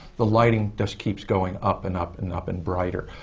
the lighting just keeps going up and up and up and brighter.